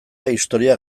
historia